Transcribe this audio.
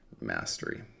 mastery